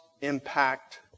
impact